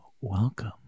welcome